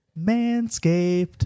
manscaped